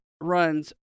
runs